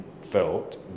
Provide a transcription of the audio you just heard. felt